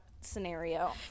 scenario